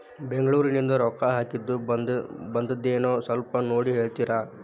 ಬೆಂಗ್ಳೂರಿಂದ ರೊಕ್ಕ ಹಾಕ್ಕಿದ್ದು ಬಂದದೇನೊ ಸ್ವಲ್ಪ ನೋಡಿ ಹೇಳ್ತೇರ?